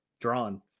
drawn